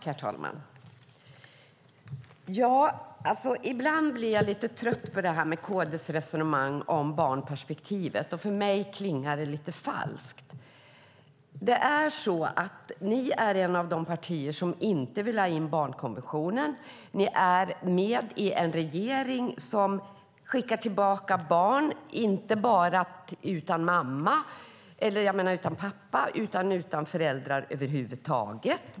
Herr talman! Ibland blir jag lite trött på KD:s resonemang om barnperspektivet som klingar lite falskt för mig. Ni är ett av de partier som inte vill ha in barnkonventionen, och ni är med i en regering som skickar tillbaka barn som saknar inte bara pappa utan föräldrar över huvud taget.